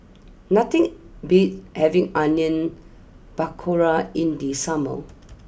nothing beats having Onion Pakora in the summer